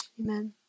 Amen